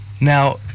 Now